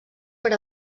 per